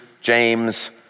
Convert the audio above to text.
James